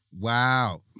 Wow